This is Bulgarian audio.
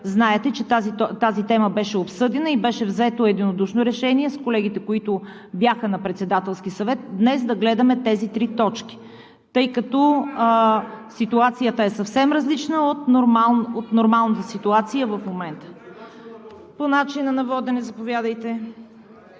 знаете, че тази тема беше обсъдена и беше взето единодушно решение с колегите, които бяха на Председателски съвет, днес да гледаме тези три точки, тъй като ситуацията е съвсем различна от нормалната ситуация в момента. ФИЛИП ПОПОВ (БСП за България,